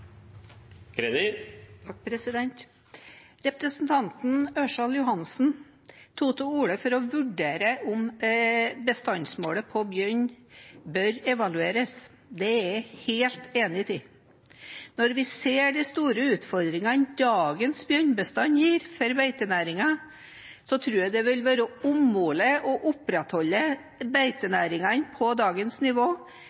Greni har hatt ordet to ganger tidligere og får ordet til en kort merknad, begrenset til 1 minutt. Representanten Ørsal Johansen tok til orde for å vurdere om bestandsmålet for bjørn bør evalueres. Det er jeg helt enig i. Når vi ser de store utfordringene dagens bjørnebestand gir for beitenæringene, tror jeg det vil være